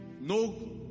no